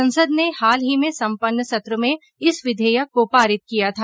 संसद ने हाल ही में सम्पन्न सत्र में इस विधेयक को पारित किया था